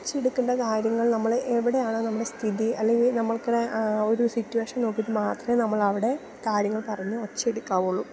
ഒച്ച എടുക്കേണ്ട കാര്യങ്ങൾ നമ്മൾ എവിടെയാണോ നമ്മുടെ സ്ഥിതി അല്ലെങ്കിൽ നമ്മൾക്കടെ ആ ഒരു സിറ്റുവേഷൻ നോക്കീട്ട് മാത്രമേ നമ്മൾ അവിടെ കാര്യങ്ങൾ പറഞ്ഞ് ഒച്ച എടുക്കാവുള്ളൂ